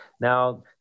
Now